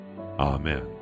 amen